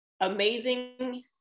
amazing